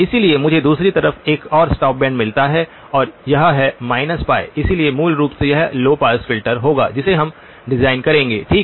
इसलिए मुझे दूसरी तरफ एक और स्टॉप बैंड मिलता है और यह है π इसलिए मूल रूप से यह लो पास फिल्टर होगा जिसे हम डिजाइन करेंगे ठीक